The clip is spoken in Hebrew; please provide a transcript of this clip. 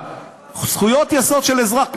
זכויות יסוד של אזרח,